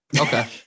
okay